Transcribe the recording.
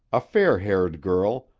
a fair-haired girl,